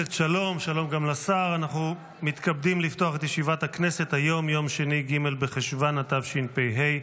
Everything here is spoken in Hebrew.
שני ג' בחשוון התשפ"ה,